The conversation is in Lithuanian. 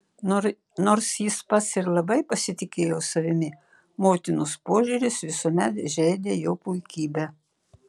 nors jis pats ir labai pasitikėjo savimi motinos požiūris visuomet žeidė jo puikybę